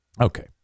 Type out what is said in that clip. Okay